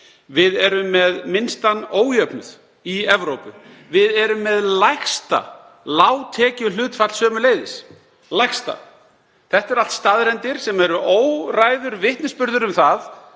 Við erum með minnstan ójöfnuð í Evrópu. Við erum með lægsta lágtekjuhlutfall sömuleiðis, lægsta. Þetta eru allt staðreyndir sem eru órækur vitnisburður um það